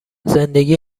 زندگی